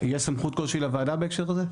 יש סמכות כלשהי לוועדה בהקשר הזה?